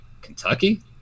Kentucky